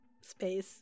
space